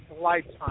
lifetime